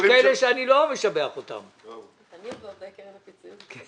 שאני משבח אתכם על העבודה שעשיתם עד עכשיו.